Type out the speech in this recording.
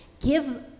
give